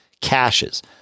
caches